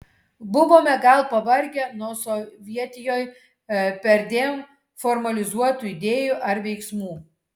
buvome gal pavargę nuo sovietijoj perdėm formalizuotų idėjų ar veiksmų